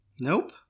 Nope